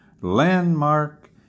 landmark